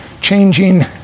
changing